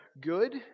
good